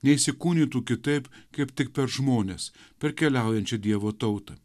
neįsikūnytų kitaip kaip tik per žmones per keliaujančią dievo tautą